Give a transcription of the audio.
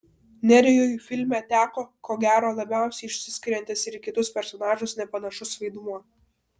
nerijui filme teko ko gero labiausiai išsiskiriantis ir į kitus personažus nepanašus vaidmuo